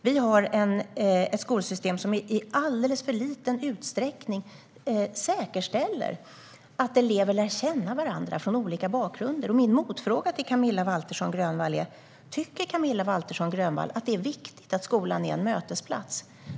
Vi har ett skolsystem som i alldeles för liten utsträckning säkerställer att elever från olika bakunder lär känna varandra. Min motfråga är: Tycker Camilla Waltersson Grönvall att det är viktigt att skolan är en mötesplats?